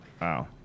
Wow